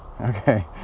Okay